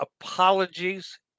apologies